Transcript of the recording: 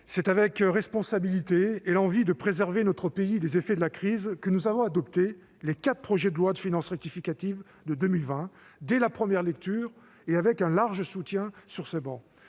en toute responsabilité et avec l'envie de préserver notre pays des effets de la crise que nous avons adopté les quatre projets de loi de finances rectificatives pour 2020 dès la première lecture, ces textes ayant reçu un large soutien sur ces travées.